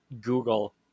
google